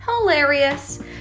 Hilarious